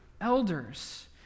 Elders